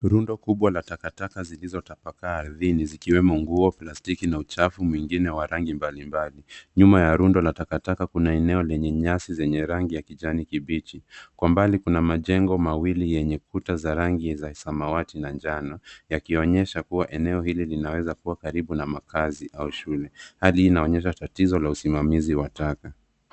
Rundo kubwa za takataka zilizotapakaa ardhini zikiwemo nguo, plastiki na uchafu mwingine wa rangi mbalimbali. Nyuma ya rundo la takataka kuna eneo lenye nyasi zenye rangi ya kijani kibichi. Kwa mbali kuna majengo mawili yenye kuta za rangi za samawati na njano yakionyesha kuwa eneo hili linaweza kuwa karibu na makazi au shule. Hali inaonyesha tatizo la usimamizi wa taka.